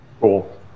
Cool